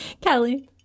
kelly